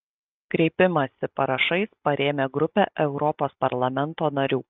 kreipimąsi parašais parėmė grupė europos parlamento narių